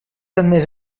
admès